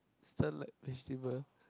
Starlight Festival